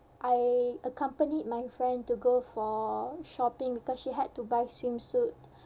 I accompanied my friend to go for shopping because she had to buy swimsuit